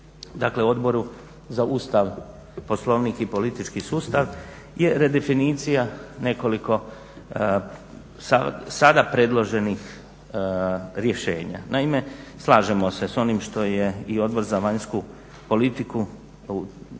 dakle Odboru za Ustav, Poslovnik i politički sustav je redefinicija nekoliko sada predloženih rješenja. Naime, slažemo se s onim što je i Odbor za vanjsku politiku